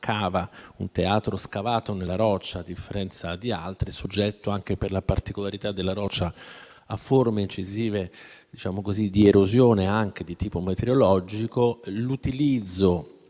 un teatro scavato nella roccia, a differenza di altri, quindi soggetto, anche per la particolarità della roccia, a forme incisive di erosione, anche di tipo metereologico, e la